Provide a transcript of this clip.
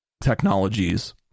technologies